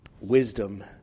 wisdom